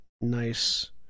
nice